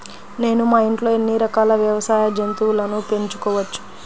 నేను మా ఇంట్లో ఎన్ని రకాల వ్యవసాయ జంతువులను పెంచుకోవచ్చు?